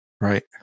Right